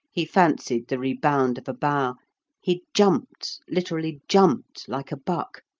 he fancied the rebound of a bough he jumped, literally jumped, like a buck,